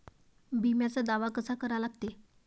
बिम्याचा दावा कसा करा लागते?